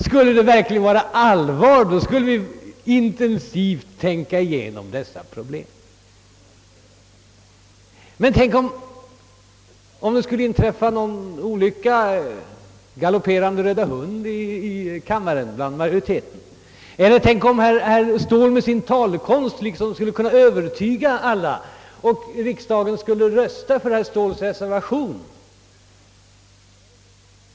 Skulle det verkligen bli allvar kommer vi att intensivt tänka igenom dessa problem.» Tänk om det skulle inträffa något alldeles speciellt — t.ex. galopperande röda hund bland majoriteten i kammaren — eller tänk om herr Ståhl med sin talekonst skulle övertyga alla i kammaren att rösta för hans reservation!